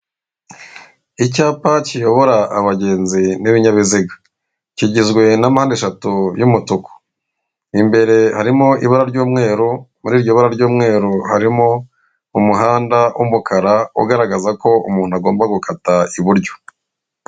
Icyapa kiyobora abagenzi n'ibinyabiziga, kigizwe na mpande eshatu y'umutuku imbere harimo iba ry'umweru muri iryo bara ry'umweru harimo umuhanda w'umukara ugaragaza ko umuntu agomba gukata iburyo.